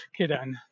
quedan